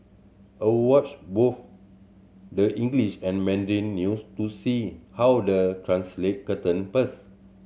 I watch both the English and Mandarin news to see how they translate certain